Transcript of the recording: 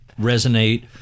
resonate